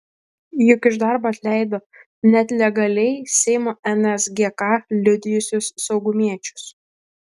juk iš darbo atleido net legaliai seimo nsgk liudijusius saugumiečius